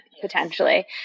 potentially